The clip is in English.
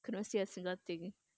cannot see a single thing